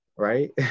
right